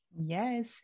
Yes